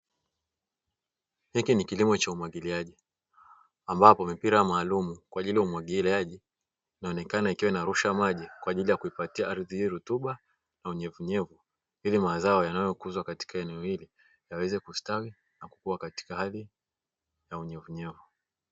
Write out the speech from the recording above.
Hiki ni kilimo cha umwagiliaji, ambapo mipira maalumu kwaajili ya umwagiliaji inaonekana ikiwa inarusha maji kwaajili ya kuipatia ardhi hii rutuba na unyevunyevu ili mazao yanayokuzwa katika eneo hili yaweze kustawi na kukuwa katika hali ya unyevunyevu.